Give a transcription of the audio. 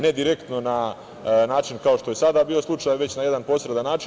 Ne direktno na način kao što je sada bio slučaj, već na jedan posredan način.